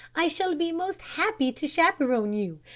i shall be most happy to chaperon you.